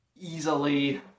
easily